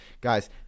Guys